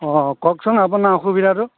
অঁ কওকচোন আপোনাৰ অসুবিধাটো